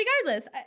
regardless